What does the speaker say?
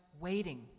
waiting